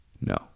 No